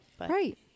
Right